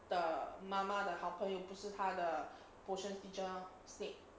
的妈妈的好朋友不是他的 potion teacher snape